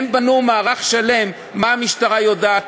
הם בנו מערך שלם מה המשטרה יודעת,